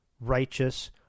righteous